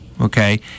Okay